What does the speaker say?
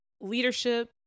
leadership